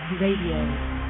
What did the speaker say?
Radio